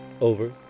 Over